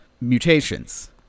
mutations